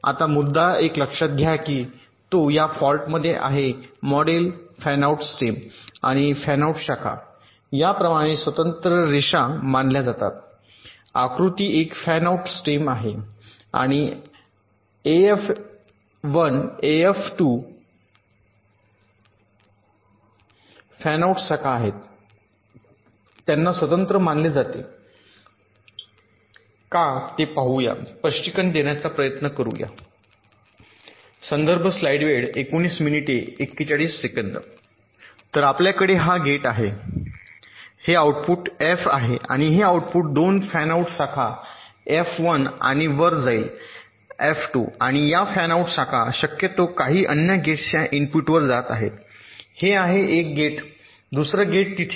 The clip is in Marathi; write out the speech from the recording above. आता एक मुद्दा लक्षात घ्या की तो या फॉल्टमध्ये आहे मॉडेल फॅनआउट स्टेम्स आणि फॅनआउट शाखा या प्रमाणे स्वतंत्र रेषा मानल्या जातात आकृती एफ फॅनआऊट स्टेम आहे आणि एफ 1 एफ 2 फॅनआउट शाखा आहेत त्यांना स्वतंत्र मानले जाते ओळी का ते पाहूया स्पष्टीकरण देण्याचा प्रयत्न करूया तर आपल्याकडे हा गेट आहे हे आउटपुट एफ आहे आणि हे आऊटपुट 2 फॅनआऊट शाखा एफ 1 आणि वर जाईल एफ 2 आणि या फॅनआउट शाखा शक्यतो काही अन्य गेट्सच्या इनपुटवर जात आहेत हे आहे एक गेट दुसरा गेट तिथे